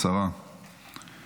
אני